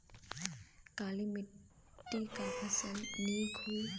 काली मिट्टी क फसल नीक होई?